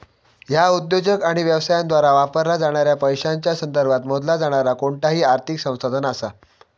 ह्या उद्योजक आणि व्यवसायांद्वारा वापरला जाणाऱ्या पैशांच्या संदर्भात मोजला जाणारा कोणताही आर्थिक संसाधन असा